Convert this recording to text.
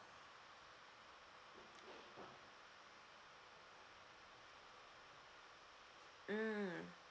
mm